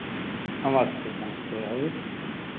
नमस्ते नमस्ते और